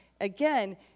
Again